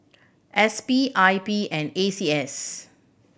S P I P and A C S